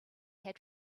had